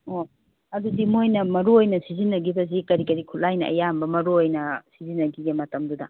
ꯑꯣ ꯑꯗꯨꯗꯤ ꯃꯣꯏꯅ ꯃꯔꯨ ꯑꯣꯏꯅ ꯁꯤꯖꯤꯟꯅꯈꯤꯕꯁꯤ ꯀꯔꯤ ꯀꯔꯤ ꯈꯨꯠꯂꯥꯏꯅ ꯑꯌꯥꯝꯕ ꯃꯔꯨ ꯑꯣꯏꯅ ꯁꯤꯖꯤꯟꯅꯈꯤꯒꯦ ꯃꯇꯝꯗꯨꯗ